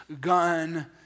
gun